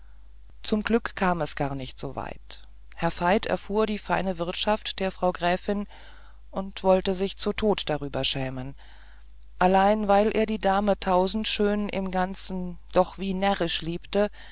zum glück kam es nicht gar so weit herr veit erfuhr die feine wirtschaft der frau gräfin und wollte sich zu tod darüber schämen allein weil er die dame tausendschön im ganzen doch wie närrisch liebte